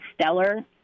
stellar